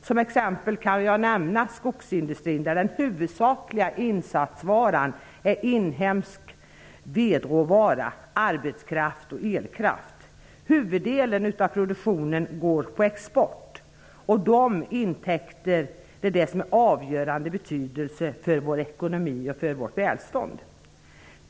Som exempel kan nämnas skogsindustrin, där den huvudsakliga insatsvaran är inhemsk vedråvara, arbetskraft och elkraft. Huvuddelen av produktionen går på export, och de intäkter denna export ger är av avgörande betydelse för vår ekonomi och vårt välstånd.